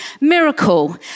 miracle